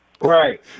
Right